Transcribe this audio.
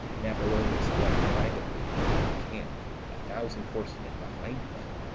and apollonius left privately in the camp a thousand horsemen behind them.